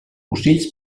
ocells